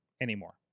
anymore